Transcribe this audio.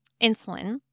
insulin